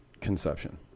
conception